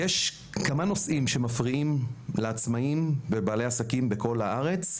יש כמה נושאים שמפריעים לעצמאים ולבעלי העסקים בכל הארץ,